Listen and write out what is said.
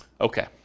Okay